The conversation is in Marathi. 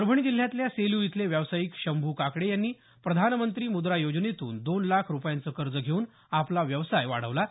परभणी जिल्ह्यातल्या सेलू इथले व्यावसायिक शंभू काकडे यांनी प्रधानमंत्री मुद्रा योजनेतून दोन लाख रुपयांचं कर्ज घेऊन आपला व्यवसाय वाढवला आहे